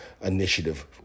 initiative